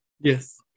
Yes